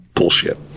Bullshit